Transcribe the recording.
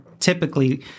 typically